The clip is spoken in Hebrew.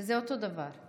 שזה אותו דבר.